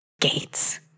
gates